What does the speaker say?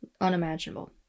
unimaginable